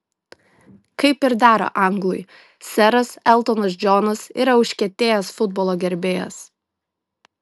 kaip ir dera anglui seras eltonas džonas yra užkietėjęs futbolo gerbėjas